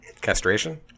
Castration